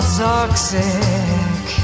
toxic